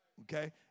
Okay